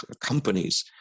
companies